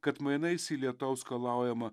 kad mainais į lietaus skalaujamą